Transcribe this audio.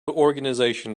organization